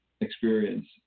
experience